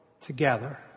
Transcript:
together